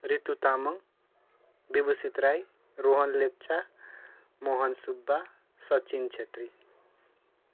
Ritu Tamang Vibhushit Rai Rohan Lepcha Mohan Subba Sachin Chhetri